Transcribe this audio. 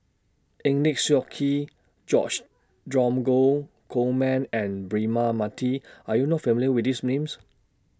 Eng Lee Seok Chee George Dromgold Coleman and Braema Mathi Are YOU not familiar with These Names